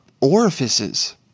orifices